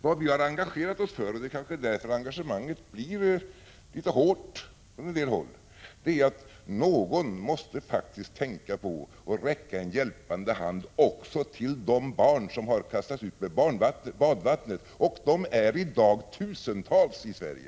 Vad vi engagerat oss för — och det är kanske därför engagemanget blir litet hårt från en del håll — är att någon faktiskt måste tänka på att räcka en hjälpande hand också till de barn som kastats ut med badvattnet. De är i dag tusentals i Sverige.